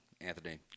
Anthony